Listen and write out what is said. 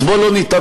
אז בוא לא ניתמם.